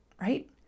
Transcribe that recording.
right